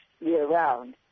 year-round